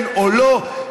כן או לא,